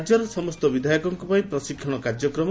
ରାଜ୍ୟର ସମସ୍ତ ବିଧାୟକଙ୍କ ପାଇଁ ପ୍ରଶିକ୍ଷଣ କାର୍ଯ୍ୟକ୍ରମ